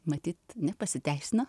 matyt nepasiteisino